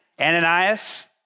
Ananias